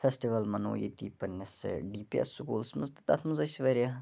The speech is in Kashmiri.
فیسٹِول مَنوٚو ییٚتی پَنٕنِس ڈی پی ایٚس سکوٗلس منٛز تہٕ تَتھ منٛز حظ چھِ واریاہ